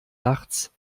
nachts